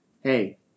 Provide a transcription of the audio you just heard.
hey